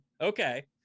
Okay